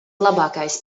labākais